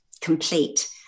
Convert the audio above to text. complete